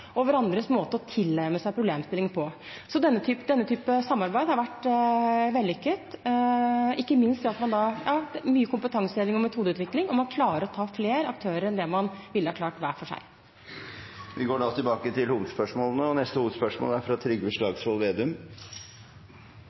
Så denne typen samarbeid har vært vellykket, ikke minst ved mye kompetanseheving og metodeutvikling, og man klarer å ta flere aktører enn det man ville ha klart hver for seg. Vi går til neste hovedspørsmål. Kommunalminister Jan Tore Sanner og regjeringen tvangsinnkalte til felles fylkesting mellom Finnmark og